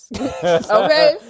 Okay